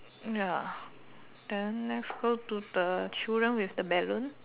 ya then let's go to the children with the balloons